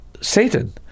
Satan